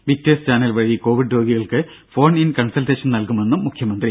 വിക്ടേഴ് ചാനൽവഴി കോവിഡ് രോഗികൾക്ക് phone in consultation നൽകുമെന്ന് മുഖ്യമന്ത്രി